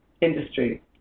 industry